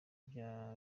bya